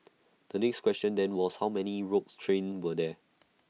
the next question then was how many rogue train were there